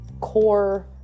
core